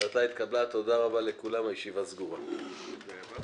פה אחד בקשת מבקר המדינה להארכת מועד להגשת דו"ח מבקר